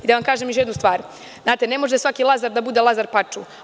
Da vam kažem još jednu stvar, ne može svaki Lazar da bude Lazar Paču.